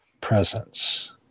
presence